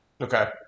Okay